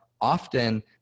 often